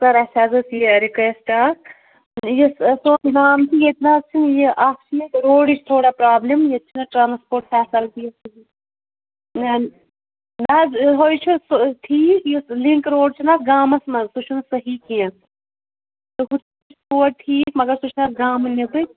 سَر اَسہِ حظ ٲس یہِ رِکوٮ۪سٹ اَکھ مان ژٕ ییٚتہِ نہٕ حظ چھِنہٕ یہِ اَکھ چھِ ییٚتہِ روڈٕچ تھوڑا پرٛابلِم ییٚتہِ چھِنہٕ ٹرٛانسپوٹ فیسَلٹیٖز نہٕ حظ ہُہ ہَے چھُ سُہ ٹھیٖک یُس لِنٛک روڈ چھُ نا اَتھ گامَس منٛز سُہ چھُنہٕ صحیح کینٛہہ سُہ ہُہ روڈ ٹھیٖک مگر سُہ چھُ نا اَتھ گامہٕ نیٚبٕرۍ